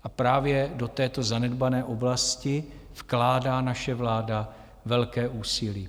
A právě do této zanedbané oblasti vkládá naše vláda velké úsilí.